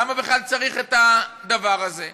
למה בכלל צריך את הדבר הזה?